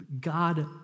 God